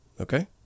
Okay